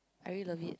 I really love it